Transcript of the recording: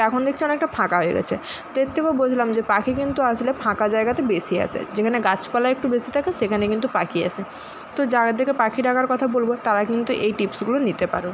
তো এখন দেখছি অনেকটা ফাঁকা হয়ে গেছে তো এর থেকেও বুঝলাম যে পাখি কিন্তু আসলে ফাঁকা জায়গাতে বেশি আসে যেখানে গাছপালা একটু বেশি থাকে সেখানে কিন্তু পাখি আসে তো যাদেরকে পাখি ডাকার কথা বলবো তারা কিন্তু এই টিপসগুলো নিতে পারো